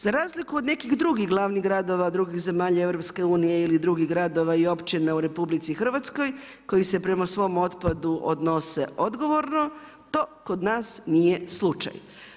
Za razliku od nekih drugih glavnih gradova drugih zemalja EU ili drugih gradova i općina u RH koji se prema svom otpadu odnose odgovorno, to kod nas nije slučaj.